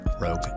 Rogue